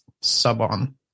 sub-on